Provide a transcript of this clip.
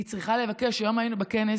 היום היינו בכנס.